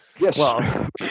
Yes